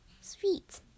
Sweet